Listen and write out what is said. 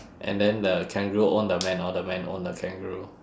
and then the kangaroo own the man or man own the kangaroo